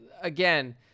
again